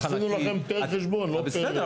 אז עשינו לכם פר חשבון, לא פר --- אבל בסדר.